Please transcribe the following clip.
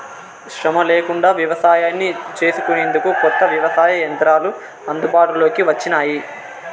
శ్రమ లేకుండా వ్యవసాయాన్ని చేసుకొనేందుకు కొత్త వ్యవసాయ యంత్రాలు అందుబాటులోకి వచ్చినాయి